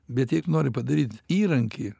bet jei tu nori padaryt įrankį